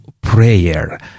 Prayer